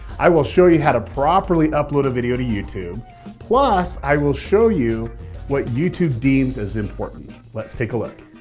i will show you how to properly upload a video to youtube plus i will show you what youtube deems as important. let's take a look.